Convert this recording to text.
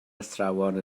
athrawon